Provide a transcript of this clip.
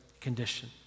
condition